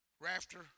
rafter